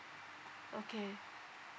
okay